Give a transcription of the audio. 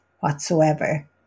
whatsoever